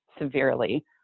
severely